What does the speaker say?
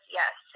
yes